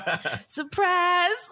Surprise